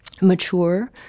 Mature